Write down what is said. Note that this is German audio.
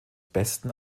besten